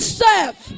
serve